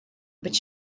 but